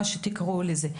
מה שתקראו לזה.